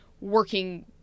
working